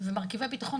ומרכיבי ביטחון,